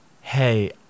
Hey